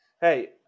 Hey